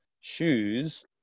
shoes